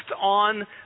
on